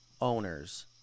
owners